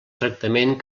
tractament